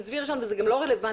עזבי ראשון, וזה גם לא רלוונטי.